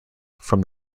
from